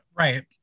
right